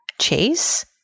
Chase